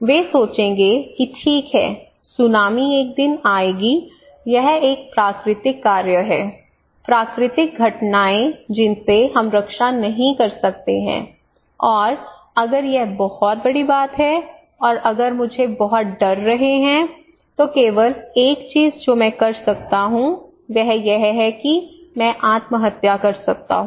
वे सोचेंगे कि ठीक है सुनामी एक दिन आएगी यह एक प्राकृतिक कार्य है प्राकृतिक घटनाएं जिनसे हम रक्षा नहीं कर सकते हैं और अगर यह बहुत बड़ी है और अगर मुझे बहुत डर रहे हैं तो केवल एक चीज जो मैं कर सकता हूं वह यह है कि मैं आत्महत्या कर सकता हूं